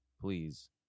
please